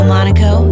Monaco